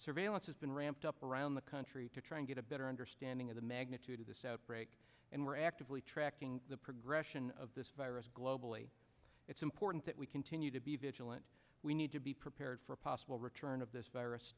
surveillance has been ramped up around the country to try and get a better understanding of the magnitude of this outbreak and we're actively tracking the progression of this virus globally it's important that we continue to be vigilant we need to be prepared for a possible return of this virus